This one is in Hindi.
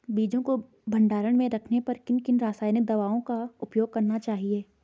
बीजों को भंडारण में रखने पर किन किन रासायनिक दावों का उपयोग करना चाहिए?